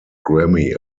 grammy